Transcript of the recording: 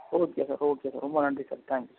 okay sir okay sir ரொம்ப நன்றி sir thanks sir